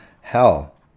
hell